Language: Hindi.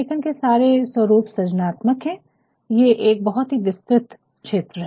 लेखन के सारे स्वररूप सृजनात्मक है ये एक बहुत विस्तृत क्षेत्र है